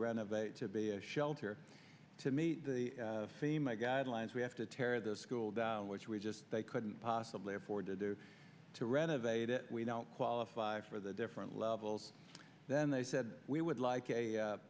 renovate to be a shelter to meet the fema guidelines we have to tear the school down which we just they couldn't possibly afford to do to renovate it we don't qualify for the different levels then they said we would like a